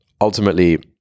ultimately